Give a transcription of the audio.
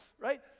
right